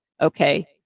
okay